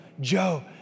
Joe